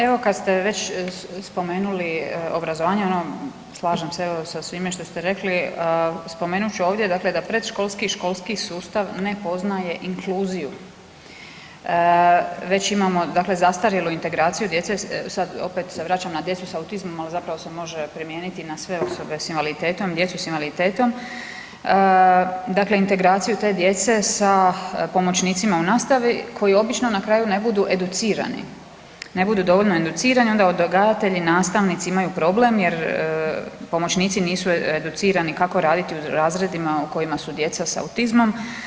Evo, kad ste već spomenuli obrazovanje, ono, slažem se, evo, sa svime što ste rekli, spomenut ću ovdje dakle da predškolski i školski sustav ne poznaje inkluziju, već imamo dakle zastarjelu integraciju djece, sad opet se vraćam na djecu s autizmom, ali zapravo se može primijeniti na sve osobe s invaliditetom, djecu s invaliditetom, ,dakle integraciju te djece sa pomoćnicima u nastavi koji obično na kraju ne budu educirani, ne budu dovoljno educirani i onda odgajatelji, nastavnici imaju problem jer pomoćnici nisu educirani kako raditi u razredima u kojima su djeca s autizmom.